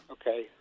okay